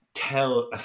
tell